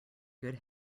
good